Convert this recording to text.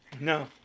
No